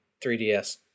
3DS